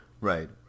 Right